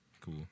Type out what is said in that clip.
cool